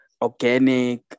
organic